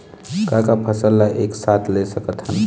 का का फसल ला एक साथ ले सकत हन?